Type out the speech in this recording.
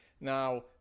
now